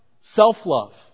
self-love